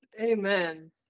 Amen